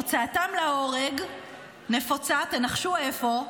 הוצאתם להורג נפוצה, תנחשו איפה?